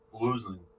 losing